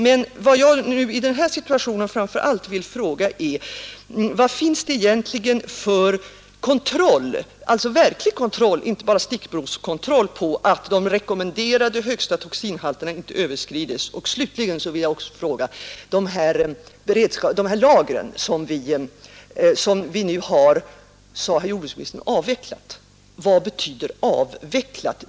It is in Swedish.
Men vad jag nu i den här situationen framför allt vill fråga är: Vad finns det egentligen för kontroll — alltså verklig kontroll, inte bara stickprovskontroll — på att de rekommenderade högsta aflatoxinhalterna inte överskrides? Och slutligen vill jag fråga, när jordbruksministern säger att vi har avvecklat de här lagren: Vad betyder avvecklat?